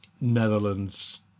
Netherlands